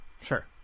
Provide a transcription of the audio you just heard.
Sure